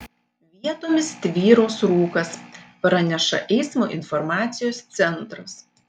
vietomis tvyros rūkas praneša eismo informacijos centras